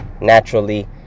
Naturally